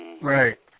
Right